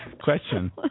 Question